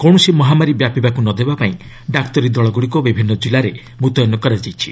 କୌଣସି ମହାମାରୀ ବ୍ୟାପିବାକୁ ନ ଦେବାପାଇଁ ଡାକ୍ତରୀ ଦଳଗୁଡ଼ିକୁ ବିଭିନ୍ନ କିଲ୍ଲାରେ ମୁତ୍ୟନ କରାଯାଇଛି